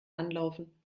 anlaufen